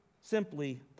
Simply